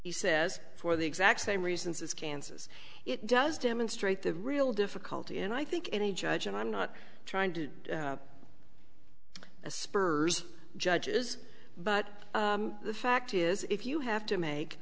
he says for the exact same reasons as kansas it does demonstrate the real difficulty and i think any judge and i'm not trying to as spurs judges but the fact is if you have to make